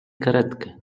karetkę